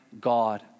God